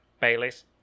Baileys